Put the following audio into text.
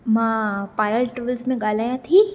मां पायल टूरिस्ट में ॻाल्हायां थी